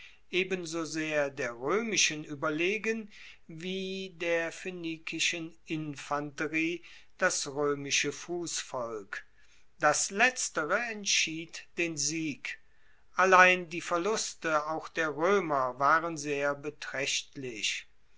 reiterei ebensosehr der roemischen ueberlegen wie der phoenikischen infanterie das roemische fussvolk das letztere entschied den sieg allein die verluste auch der roemer waren sehr betraechtlich